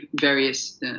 various